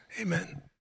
amen